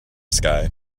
sky